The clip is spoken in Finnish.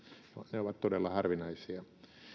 ne ovat todella harvinaisia